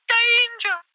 danger